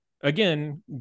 Again